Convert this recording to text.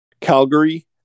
Calgary